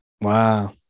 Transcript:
Wow